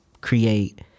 create